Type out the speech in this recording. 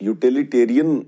Utilitarian